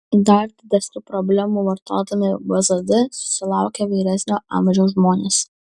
dar didesnių problemų vartodami bzd susilaukia vyresnio amžiaus žmonės